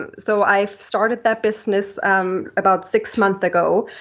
and so i started that business about six months ago,